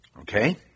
Okay